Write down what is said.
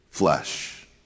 flesh